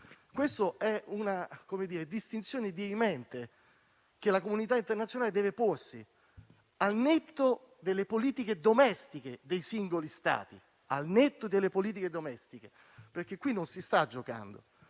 tratta di una distinzione dirimente che la comunità internazionale deve porsi, al netto delle politiche domestiche dei singoli Stati. Qui non si sta giocando: